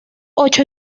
ocho